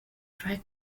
dry